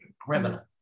criminal